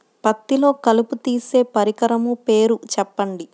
పత్తిలో కలుపు తీసే పరికరము పేరు చెప్పండి